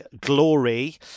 glory